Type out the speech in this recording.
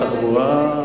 שר התחבורה,